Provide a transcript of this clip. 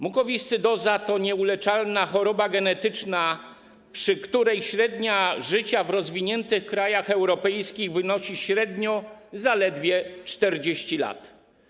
Mukowiscydoza to nieuleczalna choroba genetyczna, przy której średnia życia w rozwiniętych krajach europejskich wynosi ok. 40 lat.